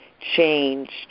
changed